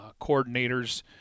coordinators